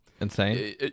Insane